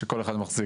שכל אחד מחזיק,